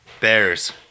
Bears